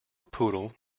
poodle